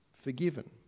forgiven